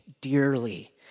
dearly